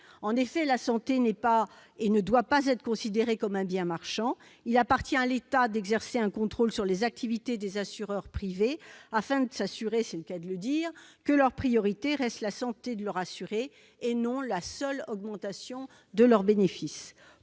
En effet, la santé n'est pas et ne doit pas être considérée comme un bien marchand. Il appartient à l'État d'exercer un contrôle sur les activités des assureurs privés, afin d'être sûr que leur priorité reste la santé de leurs assurés et non la seule augmentation de leurs bénéfices.